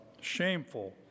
shameful